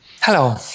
Hello